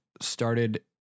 started